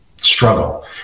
struggle